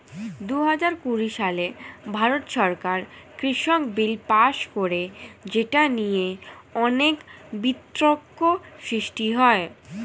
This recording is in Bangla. দুহাজার কুড়ি সালে ভারত সরকার কৃষক বিল পাস করে যেটা নিয়ে অনেক বিতর্ক সৃষ্টি হয়